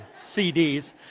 CDs